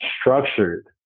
structured